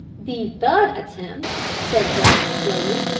the third attempt, said jack slowly,